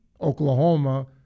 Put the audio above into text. Oklahoma